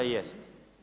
Jest.